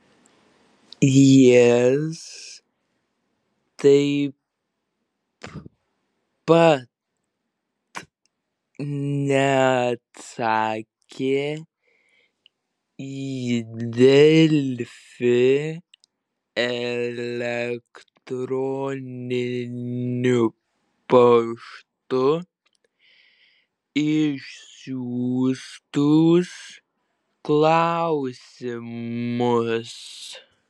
jis taip pat neatsakė į delfi elektroniniu paštu išsiųstus klausimus